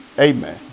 Amen